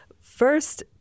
first